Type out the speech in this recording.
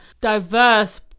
diverse